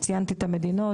ציינתי את המדינות,